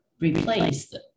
replaced